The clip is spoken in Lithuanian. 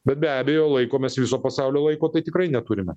bet be abejo laiko mes viso pasaulio laiko tai tikrai neturime